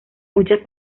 muchas